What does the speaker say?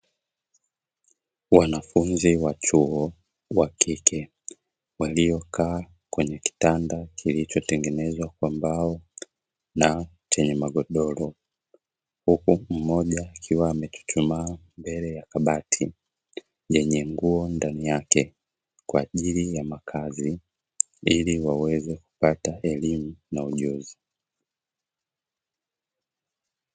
Wanafunzi wa chuo wa kike waliokaa kwenye kitanda kilichotengenezwa kwa mbao na chenye magodoro, huku mmoja akiwa amechuchumaa mbele ya kabati yenye nguo ndani yake kwa ajili ya makazi ili waweze kupata elimu na ujuzi.